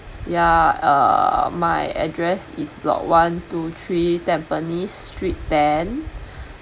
ya uh my address is block one two three Tampines street ten